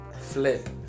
flip